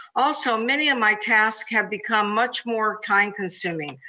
also, many of my tasks have become much more time-consuming.